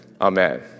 amen